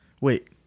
Wait